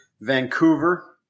Vancouver